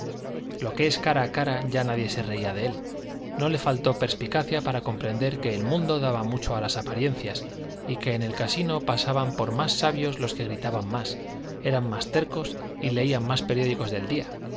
lo que es cara a cara ya nadie se reía de él no le faltó perspicacia para comprender que el mundo daba mucho a las apariencias y que en el casino pasaban por más sabios los que gritaban más eran más tercos y leían más periódicos del día